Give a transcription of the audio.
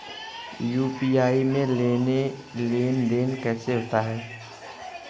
UPI में लेनदेन कैसे होता है?